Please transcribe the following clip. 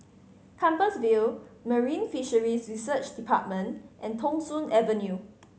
Compassvale Marine Fisheries Research Department and Thong Soon Avenue